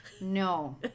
no